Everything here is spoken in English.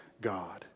God